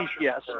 yes